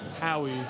Howie